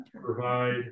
provide